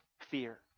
fear